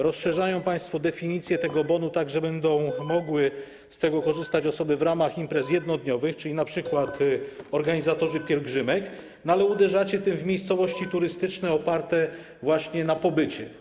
Rozszerzają państwo definicję tego bonu tak, że będą mogły z tego korzystać osoby w ramach imprez 1-dniowych, czyli np. organizatorzy pielgrzymek, ale uderzacie tym w miejscowości turystyczne oparte właśnie na pobycie.